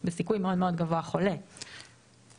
שמוקנית בעקבות חיסון או החלמה בהחלט יכולה לשפר את